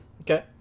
Okay